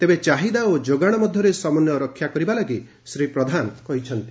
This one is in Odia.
ତେବେ ଚାହିଦା ଓ ଯୋଗାଣ ମଧ୍ଧରେ ସମନ୍ୱୟ ରଖିବା ଲାଗି ଶ୍ରୀ ପ୍ରଧାନ କହିଛନ୍ତି